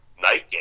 night